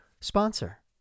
sponsor